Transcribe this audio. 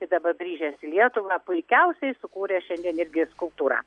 ir dabar grįžęs į lietuvą puikiausiai sukūrė šiandien irgi skulptūrą